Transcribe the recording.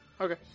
Okay